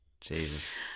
Jesus